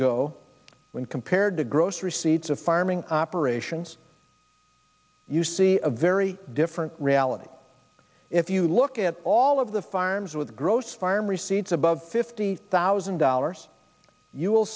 go when compared to gross receipts of farming operations you see a very different reality if you look at all of the farms with gross farmer seeds above fifty thousand dollars you will